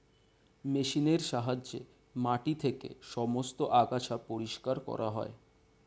মেশিনের সাহায্যে মাটি থেকে সমস্ত আগাছা পরিষ্কার করা হয়